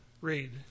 read